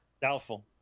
Doubtful